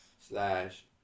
slash